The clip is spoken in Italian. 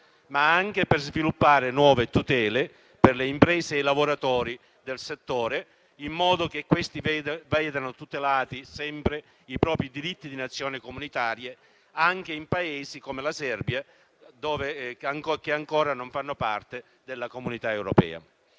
ma anche per sviluppare nuove tutele per le imprese e i lavoratori del settore, in modo che questi vedano tutelati sempre i propri diritti di cittadini di Nazioni comunitarie, anche in Paesi come la Serbia che ancora non fanno parte dell'Unione europea.